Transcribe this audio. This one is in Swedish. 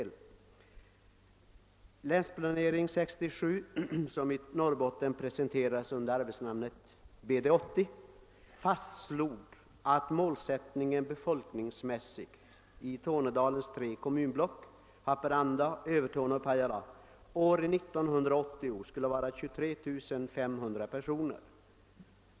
Länsplanering 67, som i Norrbotten presenterades under arbetsnamnet BD 80, fastslog att målsättningen befolkningsmässigt i Tornedalens tre kommunblock Haparanda, Övertorneå och Pajala år 1980 skulle vara 23 500 personer.